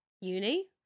uni